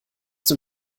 dem